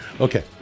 Okay